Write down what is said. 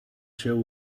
shall